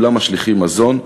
כולם משליכים מזון,